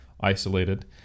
isolated